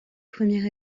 premier